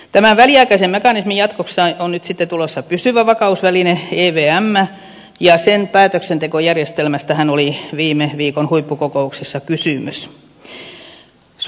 tämän väliaikaisen mekanismin jatkoksi on nyt sitten tulossa pysyvä vakausväline evm ja sen päätöksentekojärjestelmästähän oli viime viikon huippukokouksessa kysymys